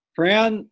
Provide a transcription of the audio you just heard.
Fran